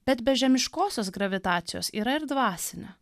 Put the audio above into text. bet be žemiškosios gravitacijos yra ir dvasinė